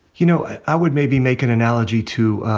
you know, i would maybe make an analogy to,